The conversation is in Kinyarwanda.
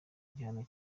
igihano